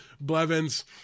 Blevins